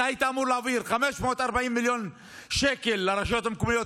אתה היית אמור להעביר 540 מיליון שקל לרשויות המקומיות